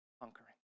conquering